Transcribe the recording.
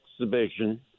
exhibition